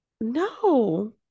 No